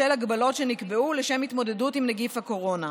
בשל הגבלות שנקבעו לשם התמודדות עם נגיף הקורונה.